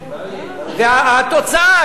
והתוצאה,